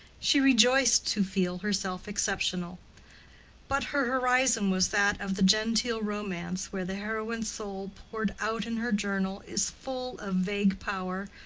she rejoiced to feel herself exceptional but her horizon was that of the genteel romance where the heroine's soul poured out in her journal is full of vague power,